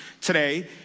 today